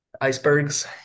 Icebergs